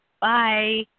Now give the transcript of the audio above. Bye